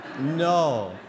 no